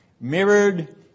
mirrored